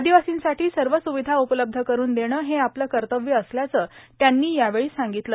आदिवार्सींसाठी सर्व स्रुविधा उपलब्ध करून देणं हे आपलं कर्तव्य असल्याचं त्यांनी यावेळी सांगितलं